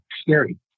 scary